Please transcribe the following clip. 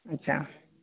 اچھا